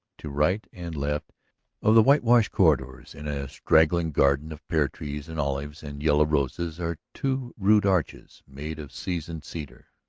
to right and left of the whitewashed corridors in a straggling garden of pear-trees and olives and yellow roses are two rude arches made of seasoned cedar.